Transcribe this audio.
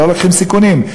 לא לוקחים סיכונים.